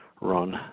run